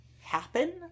happen